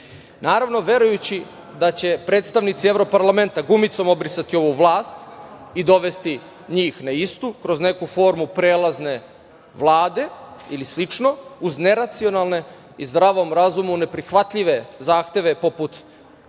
naravno, verujući da će predstavnici Evroparlamenta gumicom obrisati ovu vlast i dovesti njih na istu, kroz neku formu prelazne vlade ili slično, uz neracionalne i zdravom razumu neprihvatljive zahteve, poput